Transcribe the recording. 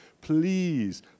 Please